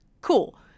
cool